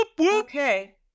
Okay